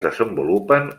desenvolupen